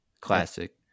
classic